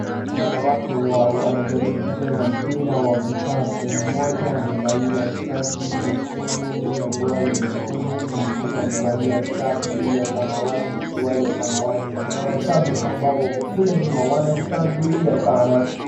Hawa ni wanawake wanajaribu kucheza mpira wa vikapu mmoja amevalia shati nyekundu na suruali nyekundu mwingine amevalia shati ya samawati suruali ya samawati. Kuna mashabiki wako kule nyuma wanashangilia sana.